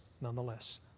nonetheless